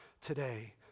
today